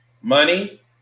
money